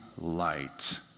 light